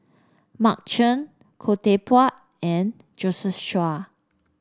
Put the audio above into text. Mark Chan Khoo Teck Puat and Josephine Chia